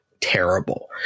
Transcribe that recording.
terrible